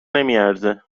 نمیارزه